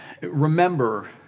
Remember